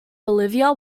bolivia